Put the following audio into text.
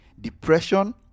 depression